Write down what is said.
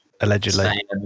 allegedly